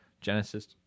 Genesis